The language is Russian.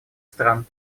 стран